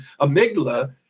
amygdala